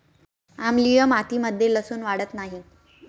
आम्लीय मातीमध्ये लसुन वाढत नाही